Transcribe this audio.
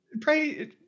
pray